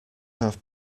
have